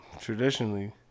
traditionally